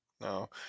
No